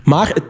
Maar